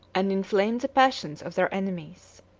and inflamed the passions, of their enemies.